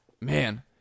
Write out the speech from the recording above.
Man